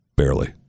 barely